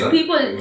People